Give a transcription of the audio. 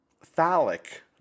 phallic